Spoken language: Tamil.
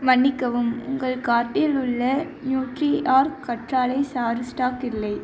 மன்னிக்கவும் உங்கள் கார்ட்டில் உள்ள நியூட்ரிஆர்க் கற்றாழை சாறு ஸ்டாக் இல்லை